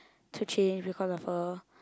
to change because of her